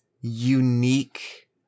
unique